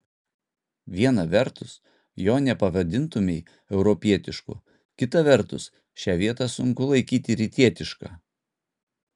viena vertus jo nepavadintumei europietišku kita vertus šią vietą sunku laikyti rytietiška